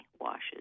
washes